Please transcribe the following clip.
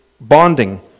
bonding